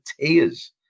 tears